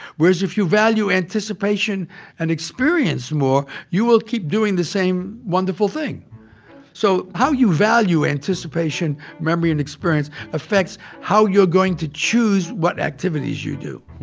whereas if you value anticipation and experience more, you will keep doing the same wonderful thing so how you value anticipation, memory and experience affects how you're going to choose what activities you do.